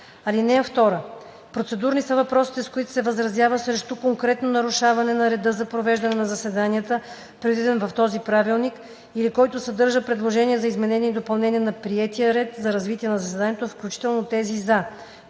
вот. (2) Процедурни са въпросите, с които се възразява срещу конкретно нарушаване на реда за провеждане на заседанията, предвиден в този правилник, или които съдържат предложения за изменение и допълнение на приетия ред за развитие на заседанието, включително тези за: